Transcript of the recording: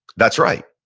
that's right,